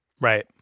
Right